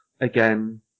again